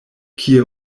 kie